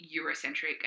Eurocentric